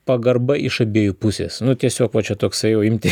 pagarba iš abiejų pusės nu tiesiog va čia toksai jau imti